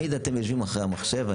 תמיד אתם יושבים אחרי המחשב.